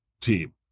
team